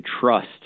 trust